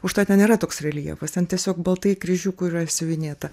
užtat ten yra toks reljefas ten tiesiog baltai kryžiuku yra siuvinėta